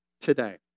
today